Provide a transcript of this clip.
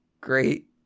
Great